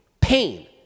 Pain